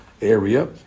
area